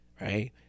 right